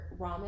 ramen